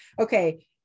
okay